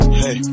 hey